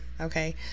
Okay